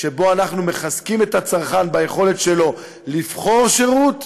שבו אנחנו מחזקים את היכולת של הצרכן לבחור שירות,